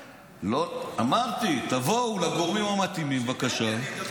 אמרתי, תבואו לגורמים המתאימים, בבקשה.